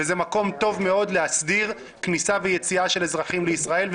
וזה מקום טוב מאוד להסדיר כניסה ויציאה של אזרחים לישראל,